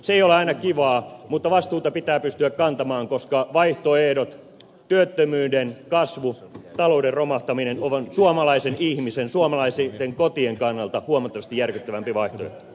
se ei ole aina kivaa mutta vastuuta pitää pystyä kantamaan koska vaihtoehto työttömyyden kasvu talouden romahtaminen on suomalaisen ihmisen suomalaisten kotien kannalta huomattavasti järkyttävämpi vai